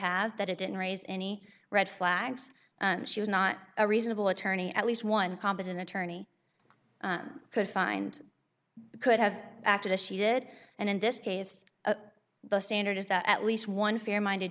have that it didn't raise any red flags she was not a reasonable attorney at least one competent attorney could find could have acted as she did and in this case the standard is that at least one fair minded